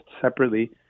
separately